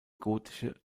gotische